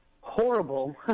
horrible